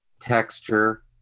texture